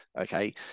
okay